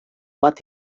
bat